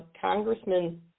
Congressman